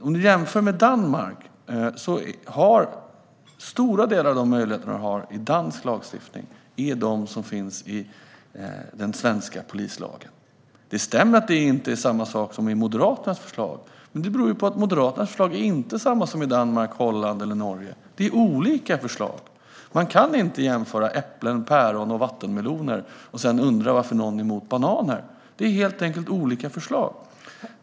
Om du jämför med Danmark ser du att stora delar av de möjligheter som finns i dansk lagstiftning är de som finns i den svenska polislagen. Det stämmer att det inte är samma sak som i Moderaternas förslag, men det beror på att Moderaternas förslag inte är samma som i Danmark, Holland eller Norge. Det är olika förslag. Man kan inte jämföra äpplen, päron och vattenmeloner och sedan undra varför någon är emot bananer. Det är helt enkelt olika förslag.